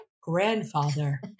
grandfather